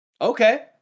Okay